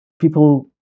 people